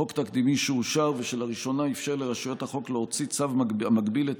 חוק תקדימי שאושר ושלראשונה אפשר לרשויות החוק להוציא צו המגביל את